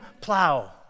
plow